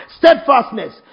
Steadfastness